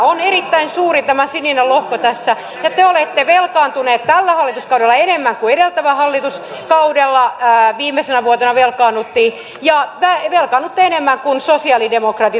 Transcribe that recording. on erittäin suuri tämä sininen lohko tässä ja te olette velkaantuneet tällä hallituskaudella enemmän kuin edeltävällä hallituskaudella viimeisenä vuotena velkaannuttiin ja velkaannutte enemmän kuin sosialidemokraatit omassa vaihtoehtobudjetissaan